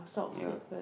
ya